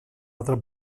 altra